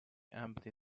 empty